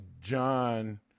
John